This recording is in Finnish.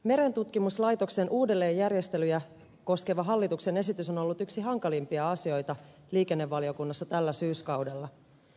merentutkimuslaitoksen uudelleenjärjestelyjä koskeva hallituksen esitys on ollut yksi hankalimpia asioita liikennevaliokunnassa tällä syyskaudella